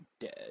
dead